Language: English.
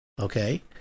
Okay